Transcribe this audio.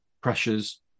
pressures